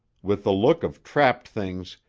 with the look of trapped things,